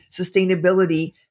sustainability